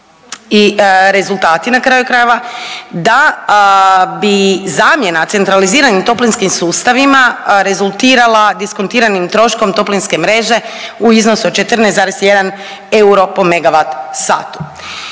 i rezultati na kraju krajeva, da bi zamjena centraliziranim toplinskim sustavima rezultirala diskontiranim troškom toplinske mreže u iznosu od 14,1 euro po megavat satu.